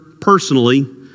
personally